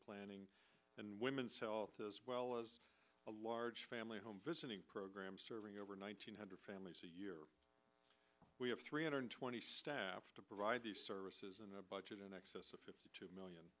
planning and women's health as well as a large family home visiting program serving over one hundred families a year we have three hundred twenty staff to provide these services and our budget in excess of two million